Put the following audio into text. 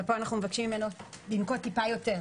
כאן אנחנו מבקשים ממנו לנקוט מעט יותר.